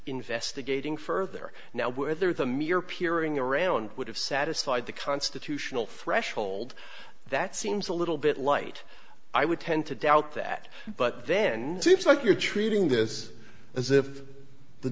investigating further now whether the mere appearing around would have satisfied the constitutional threshold that seems a little bit light i would tend to doubt that but then seems like you're treating this as if the